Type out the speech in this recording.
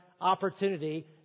opportunity